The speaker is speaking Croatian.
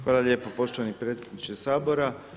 Hvala lijepo poštovani predsjedniče Sabora.